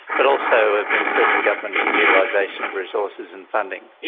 but also of improving government utilisation of resources and funding.